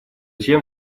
тем